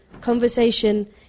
conversation